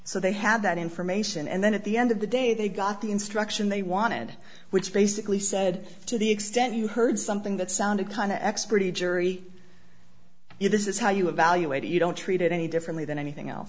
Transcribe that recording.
so they had that information and then at the end of the day they got the instruction they wanted which basically said to the extent you heard something that sounded kind of expertise jury if this is how you evaluate it you don't treat it any differently than anything else